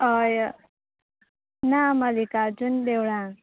अय ना मल्लीकार्जून देवळान